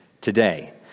today